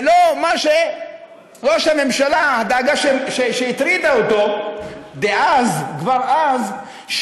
ולא הדאגה שהטרידה את ראש הממשלה כבר אז,